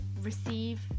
receive